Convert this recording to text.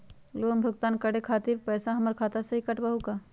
Loan भुगतान करे के खातिर पैसा हमर खाता में से ही काटबहु का?